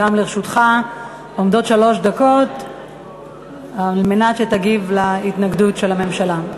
גם לרשותך עומדות שלוש דקות על מנת להגיב על ההתנגדות של הממשלה.